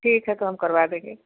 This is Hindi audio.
ठीक है तो हम करवा देंगे